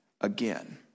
again